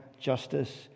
justice